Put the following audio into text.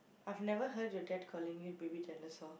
I've never heard your dad calling you baby dinosaur